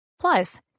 Plus